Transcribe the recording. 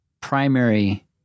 primary